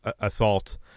assault